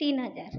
तीन हजार